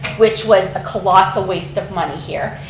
which was a colossal waste of money here.